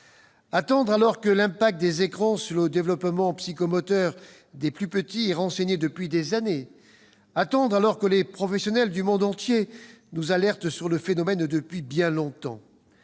Attendre, alors que l'impact des écrans sur le développement psychomoteur des plus petits est connu depuis des années ! Attendre, alors que les professionnels du monde entier nous alertent sur le phénomène depuis bien longtemps